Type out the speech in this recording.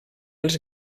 els